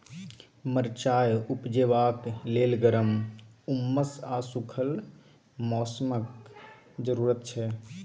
मरचाइ उपजेबाक लेल गर्म, उम्मस आ सुखल मौसमक जरुरत छै